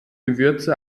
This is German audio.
gewürze